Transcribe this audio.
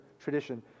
tradition